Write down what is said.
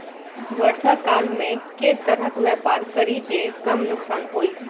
वर्षा काल मे केँ तरहक व्यापार करि जे कम नुकसान होइ?